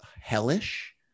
hellish